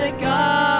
God